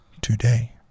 today